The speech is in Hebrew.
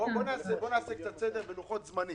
בואו נעשה קצת סדר בלוחות הזמנים.